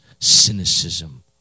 cynicism